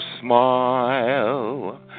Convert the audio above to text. smile